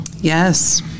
Yes